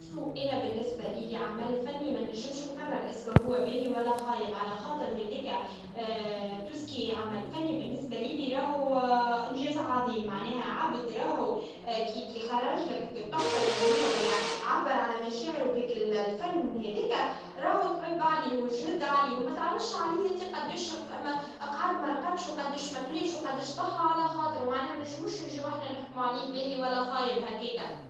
باش نعرفوا إذا كان العمل الفني جيّد ولا لا، لازم نركزوا على الفكرة إلي يقدّمها، كيفاش ينقل مشاعر للمشاهد وشنو التأثير الي يتركه. إذا كانت اللوحة أو القطعة الفنية قادرة تعبر عن رسالة واضحة وتخلي عندنا إحساس، نقدروا نقولوا عليها جيّدة. الفن مش كان جمال، أما يعكس فكرتنا وواقعنا.